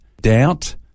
doubt